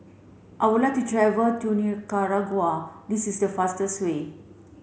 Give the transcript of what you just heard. I would like to travel to Nicaragua this is the fastest way